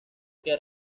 que